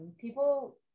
people